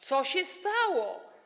Co się stało?